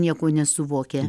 nieko nesuvokia